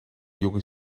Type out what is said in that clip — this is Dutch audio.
jongen